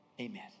Amen